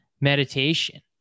meditation